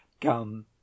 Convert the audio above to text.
Come